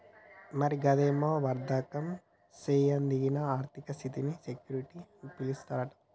మరి గదేమో వర్దకం సేయదగిన ఆర్థిక ఆస్థినీ సెక్యూరిటీస్ అని పిలుస్తారట